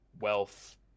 wealth